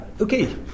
Okay